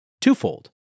Twofold